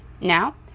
now